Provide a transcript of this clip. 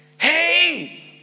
hey